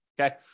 Okay